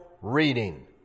reading